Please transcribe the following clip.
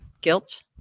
guilt